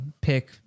pick